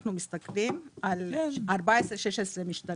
אנחנו מסתכלים על 14 16 משתנים.